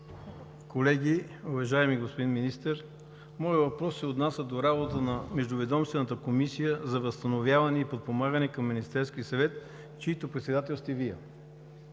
колеги! Уважаеми господин Министър, моят въпрос се отнася до работата на Междуведомствената комисия за възстановяване и подпомагане към Министерския съвет, чийто председател сте Вие.